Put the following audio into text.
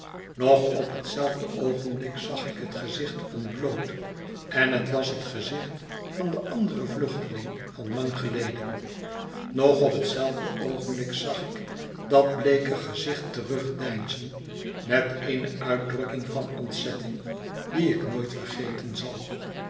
nog op hetzelfde oogenblik zag ik het gezicht ontbloot en het was het gezicht van den anderen vluchteling van lang geleden nog op hetzelfde oogenblik zag ik dat bleeke gezicht terugdeinzen met eene uitdrukking van ontzetting die ik nooit vergeten zal